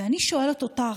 ואני שואלת אותך: